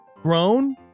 Grown